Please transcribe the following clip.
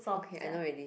okay I know already